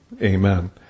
Amen